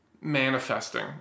manifesting